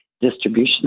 distribution